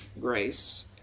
grace